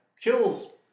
kills